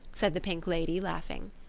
said the pink lady, laughing.